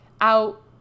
out